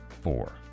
four